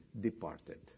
departed